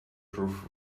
proof